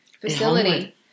facility